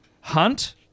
Hunt